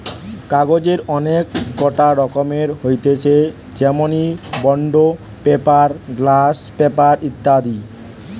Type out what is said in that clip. কাগজের অনেক কটা রকম হতিছে যেমনি বন্ড পেপার, গ্লস পেপার ইত্যাদি